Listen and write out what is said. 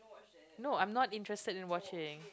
no I'm not interested in watching